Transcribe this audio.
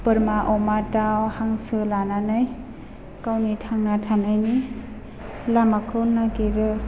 बोरमा अमा दाउ हांसो लानानै गावनि थांना थानायनि लामाखौ नागिरो